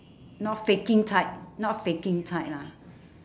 not faking type not faking type lah